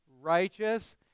righteous